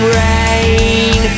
rain